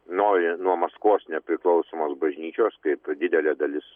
nori nuo maskvos nepriklausomos bažnyčios kaip didelė dalis